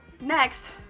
Next